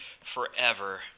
forever